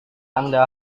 anda